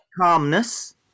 calmness